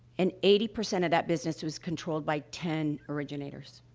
and eighty percent of that business was controlled by ten originators.